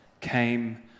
came